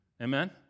Amen